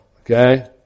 okay